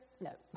No